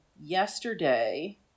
Yesterday